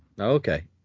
Okay